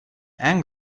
and